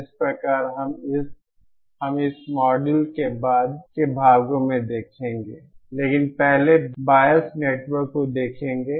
इस प्रकार हम इस मॉड्यूल के बाद के भागों में देखेंगे लेकिन पहले बायस नेटवर्क को देखेंगे